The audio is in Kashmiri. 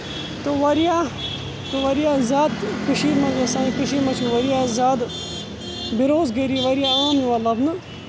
تہٕ واریاہ واریاہ زیادٕ کٔشیٖرِ منٛز یَتھ سانہِ کٔشیٖر منٛز چھِ واریاہ زیادٕ بیروزگٲری واریاہ عام یِوان لَبنہٕ